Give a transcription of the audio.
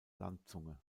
landzunge